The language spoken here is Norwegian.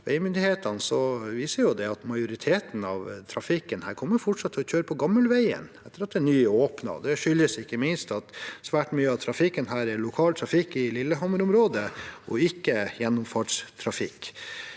veimyndighetene, viser at majoriteten av trafikken her fortsatt kommer til å kjøre på gamleveien etter at den nye veien er åpnet. Det skyldes ikke minst at svært mye av trafikken er lokal trafikk i Lillehammer-området og ikke gjennomfartstrafikk.